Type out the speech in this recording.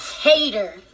hater